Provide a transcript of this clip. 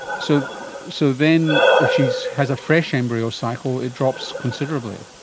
so so then if she has a fresh embryo cycle it drops considerably.